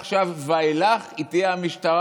שמעכשיו ואילך היא תהיה משטרה,